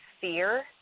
fear